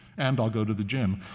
and i'll go to the gym.